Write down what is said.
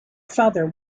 father